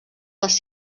les